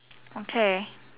okay